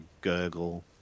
gurgle